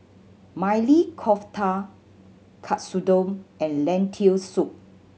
Maili Kofta Katsudon and Lentil Soup